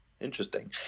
Interesting